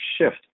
shift